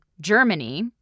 Germany